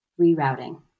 Rerouting